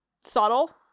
subtle